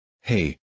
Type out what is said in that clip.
Hey